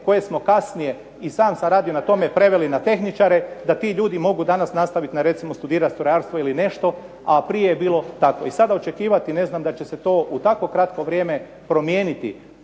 koje smo kasnije, i sam sam radio na tome, preveli na tehničare da ti ljudi mogu danas nastaviti studirati recimo strojarstvo ili nešto, a prije je bilo tako. I sada očekivati da će se to u tako kratko vrijeme promijeniti.